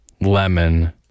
lemon